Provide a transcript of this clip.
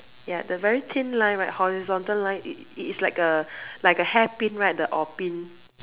ya the very thin line right horizontal line it is like a like a hairpin right the orh pin